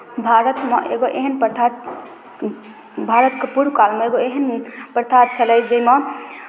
भारतमे एगो एहन प्रथा भारतके पूर्व कालमे एगो एहन प्रथा छलै जाहिमे